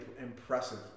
impressive